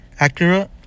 Acura